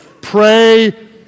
pray